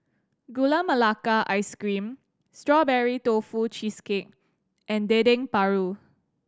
Gula Melaka Ice Cream Strawberry Tofu Cheesecake and Dendeng Paru